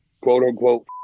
quote-unquote